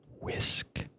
whisk